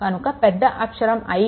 కనుక పెద్ద అక్షరం I కరెంట్ i1 - i2